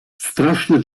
straszny